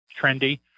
trendy